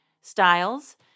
styles